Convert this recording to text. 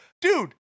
Dude